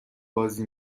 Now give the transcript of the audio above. بازی